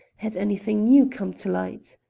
had anything new come to light?